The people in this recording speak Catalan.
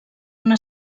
una